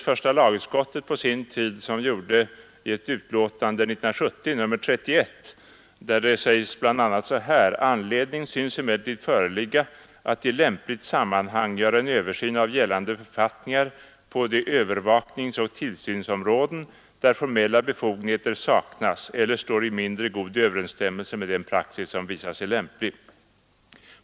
Första lagutskottet gjorde på sin tid ett uttalande i sitt utlåtande 1970:31 där det bl.a. sägs så här: ”Anledning synes emellertid föreligga att i lämpligt sammanhang göra en översyn av gällande författningar på de övervakningseller tillsynsområden där formella befogenheter saknas eller står i mindre god överensstämmelse med en praxis som visat sig lämplig.